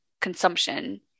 consumption